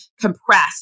compressed